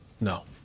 No